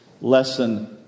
lesson